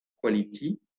quality